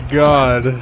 god